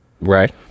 right